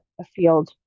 afield